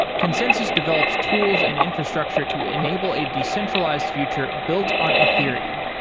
consensys develops tools and infrastructure to enable a decentralized future built on ethereum,